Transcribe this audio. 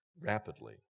rapidly